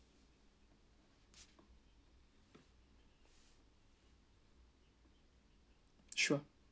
sure